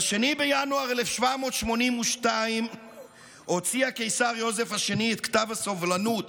ב-2 בינואר 1782 הוציא הקיסר יוזף השני את כתב הסובלנות,